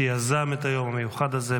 שיזם את היום המיוחד הזה.